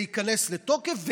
זה ייכנס לתוקף,